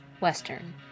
western